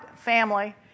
family